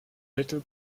little